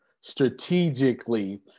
strategically